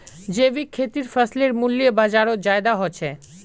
जैविक खेतीर फसलेर मूल्य बजारोत ज्यादा होचे